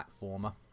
platformer